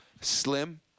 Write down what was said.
slim